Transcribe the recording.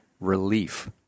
Relief